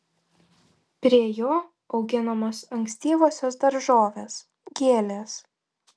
prie jo auginamos ankstyvosios daržovės gėlės